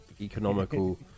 economical